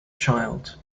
child